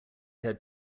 had